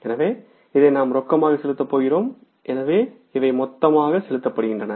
எனவே இதை நாம் ரொக்கமாக செலுத்தப் போகிறோம் எனவே இவை மொத்தமாக செலுத்தப்படுகின்றன